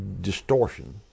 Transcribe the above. distortion